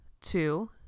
two